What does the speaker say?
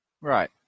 Right